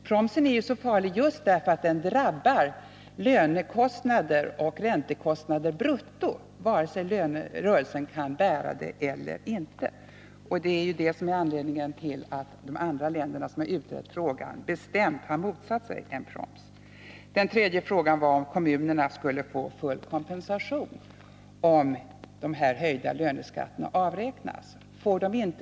Promsen är farlig just därför att den drabbar lönekostnader och räntekostnader brutto, vare sig rörelsen kan bära det eller inte. Det är det som är anledningen till att andra länder som har utrett frågan bestämt har motsatt sig en proms. Den tredje frågan var om kommunerna skulle få full kompensation, om de höjda löneskatterna avräknas från lönekostnadsutrymmet.